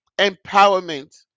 empowerment